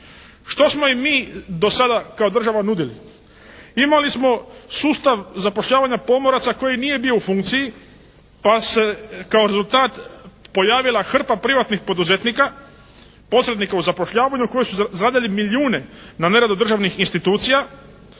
Što smo im mi do sada kao država nudili? Imali smo sustav zapošljavanja pomoraca koji nije bio u funkciji, pa se kao rezultat pojavila hrpa privatnih poduzetnika, posrednika u zapošljavanju koji su zaradili milijune na neradu državnih institucija